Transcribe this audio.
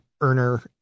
earner